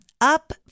Up